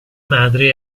madre